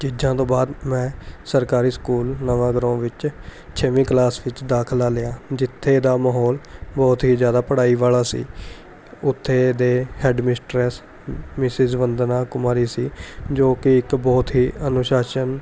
ਚੀਜ਼ਾਂ ਤੋਂ ਬਾਅਦ ਮੈਂ ਸਰਕਾਰੀ ਸਕੂਲ ਨਵਾਂ ਗਰਾਉਂ ਵਿੱਚ ਛੇਵੀਂ ਕਲਾਸ ਵਿੱਚ ਦਾਖਲਾ ਲਿਆ ਜਿੱਥੇ ਦਾ ਮਾਹੌਲ ਬਹੁਤ ਹੀ ਜ਼ਿਆਦਾ ਪੜ੍ਹਾਈ ਵਾਲਾ ਸੀ ਉੱਥੇ ਦੇ head mistress Mrs Bandana Kumari ਸੀ ਜੋ ਕਿ ਇੱਕ ਬਹੁਤ ਹੀ ਅਨੁਸ਼ਾਸਨ